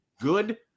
good